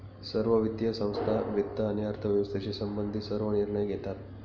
सर्व वित्तीय संस्था वित्त आणि अर्थव्यवस्थेशी संबंधित सर्व निर्णय घेतात